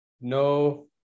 no